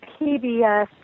PBS